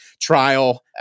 trial